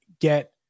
get